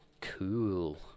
Cool